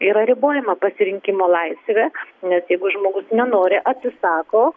yra ribojama pasirinkimo laisvė nes jeigu žmogus nenori atsisako